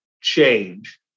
change